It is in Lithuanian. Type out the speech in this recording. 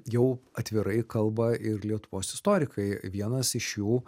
jau atvirai kalba ir lietuvos istorikai vienas iš jų